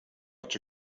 czy